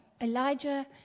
Elijah